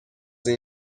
این